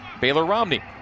Baylor-Romney